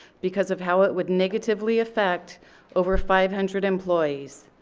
because of how it would negatively affect over five hundred employees.